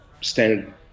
standard